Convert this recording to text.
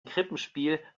krippenspiel